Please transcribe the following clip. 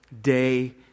day